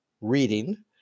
reading